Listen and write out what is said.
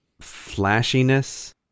flashiness